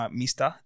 mister